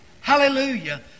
hallelujah